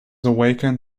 awakened